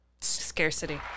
scarcity